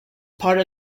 part